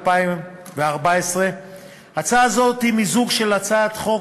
התשע"ד 2014. ההצעה הזאת היא מיזוג של הצעת חוק